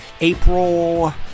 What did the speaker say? April